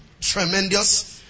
Tremendous